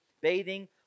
bathing